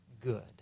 good